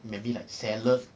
maybe like salad